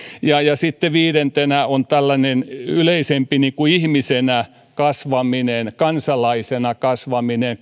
ja ja sitten viidentenä on tällainen yleisempi ihmisenä kasvaminen kansalaisena kasvaminen